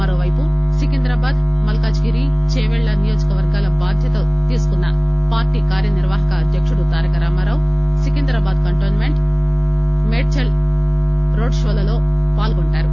మరోపైపు సికింద్రాబాద్ మల్కాజ్ గిరి చేపెళ్ళ నియోజకవర్గాల బాధ్యతను తీసుకున్న పార్టీ కార్యనిర్వాహక అధ్యకుడు తారకరామారావు సికింద్రాబాద్ కంటోస్మెంట్ మేడ్చల్ రోడ్డుషోల్లో పాల్గోంటారు